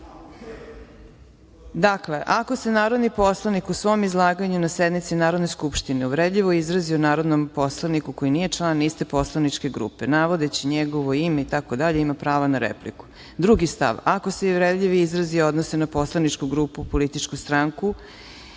104.Dakle, ako se narodni poslanik u svom izlaganju na sednici Narodne skupštine uvredljivo izrazi o narodnom poslaniku koji nije član iste poslaničke grupe navodeći njegovo ime itd. ima prava na repliku. Drugi stav, ako se uvredljivi izrazi odnose na poslaničku grupu, političku stranku